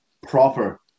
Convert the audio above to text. proper